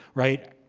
right?